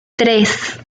tres